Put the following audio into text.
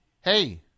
Hey